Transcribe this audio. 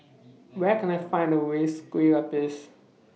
Where Can I Find The ways Kueh Lupis